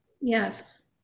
yes